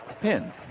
pin